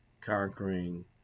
conquering